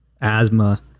asthma